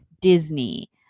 Disney